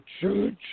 church